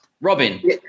Robin